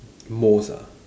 most ah